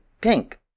pink